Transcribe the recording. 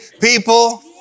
people